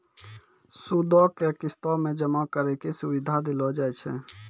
सूदो के किस्तो मे जमा करै के सुविधा देलो जाय छै